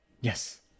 Yes